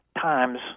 times